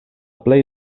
plej